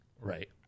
right